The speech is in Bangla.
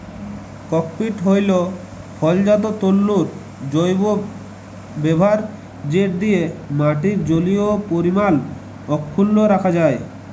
ককপিট হ্যইল ফলজাত তল্তুর জৈব ব্যাভার যেট দিঁয়ে মাটির জলীয় পরিমাল অখ্খুল্ল রাখা যায়